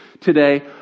today